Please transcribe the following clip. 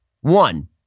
One